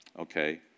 Okay